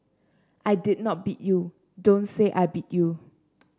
I did not beat you don't say I beat you